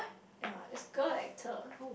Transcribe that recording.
ye it's girl actor